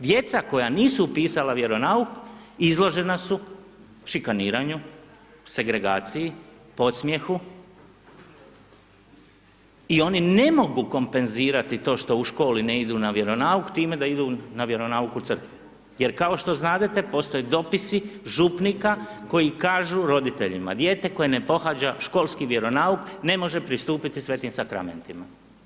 Djeca koja nisu upisala vjeronauk, izložena su šikaniranju, segregaciji, podsmijehu i oni ne mogu kompenzirati to što u školi ne idu na vjeronauk time da idu na vjeronauk u crkvi jer kao što znadete, postoje dopisi župnika koji kažu roditeljima, dijete koje ne pohađa školski vjeronauk, ne može pristupiti svetim sakramentima.